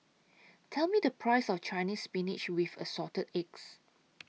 Tell Me The Price of Chinese Spinach with Assorted Eggs